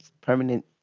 permanent